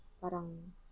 parang